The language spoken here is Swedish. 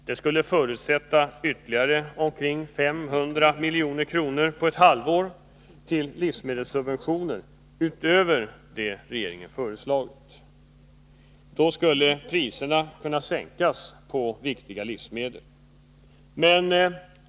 Detta skulle förutsätta ytterligare omkring 500 milj.kr. på ett halvår till livsmedelssubventioner utöver det regeringen föreslagit. Då skulle priserna sänkas på viktiga livsmedel.